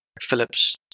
Phillips